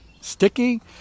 Sticky